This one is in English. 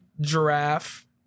giraffe